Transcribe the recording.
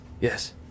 Yes